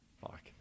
fuck